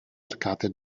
arcate